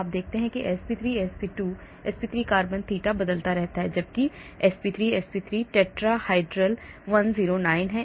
आप देखते हैं कि sp3 sp2 sp3 carbon theta बदलता रहता है जबकि यह sp3 sp3 टेट्राहाइड्रल 109 है